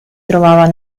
trovava